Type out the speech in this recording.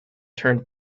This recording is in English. turned